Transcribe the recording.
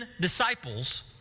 disciples